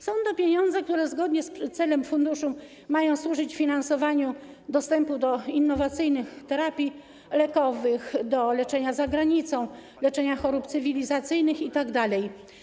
Są to pieniądze, które zgodnie z celem funduszu mają służyć finansowaniu dostępu do innowacyjnych terapii lekowych, do leczenia za granicą, leczenia chorób cywilizacyjnych itd.